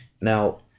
Now